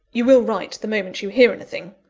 you will write the moment you hear anything?